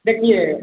देखिए